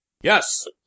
Yes